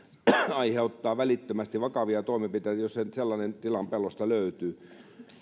aiheuttaa välittömästi vakavia toimenpiteitä jos sellainen tilan pellosta löytyy